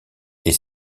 est